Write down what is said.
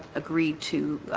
agreed to